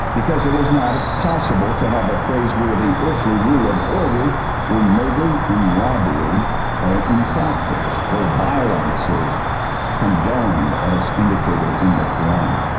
because it is not possible to have a praiseworthy earthly rule of order where murder and robbery are in practice, where violence is condoned, as indicated in the quran.